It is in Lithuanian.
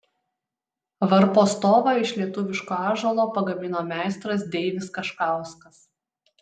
varpo stovą iš lietuviško ąžuolo pagamino meistras deivis kaškauskas